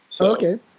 Okay